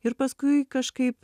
ir paskui kažkaip